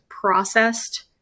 processed